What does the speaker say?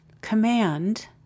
Command